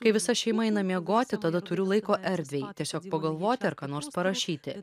kai visa šeima eina miegoti tada turiu laiko erdvei tiesiog pagalvoti ar ką nors parašyti